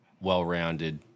well-rounded